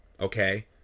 okay